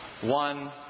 one